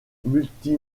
multi